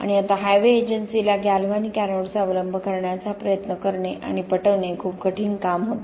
आणि आता हायवे एजन्सीला गॅल्व्हॅनिक एनोडचा अवलंब करण्याचा प्रयत्न करणे आणि पटवणे खूप कठीण काम होते